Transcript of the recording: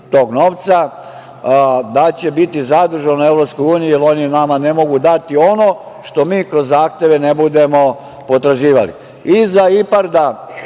tog novca, da će biti zadržano u EU jer oni nama ne mogu dati ono što mi kroz zahteve ne budemo potraživali. Iza IPARD-a